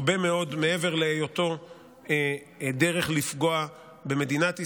הרבה מאוד מעבר להיותו דרך לפגוע במדינת ישראל,